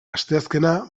asteazkena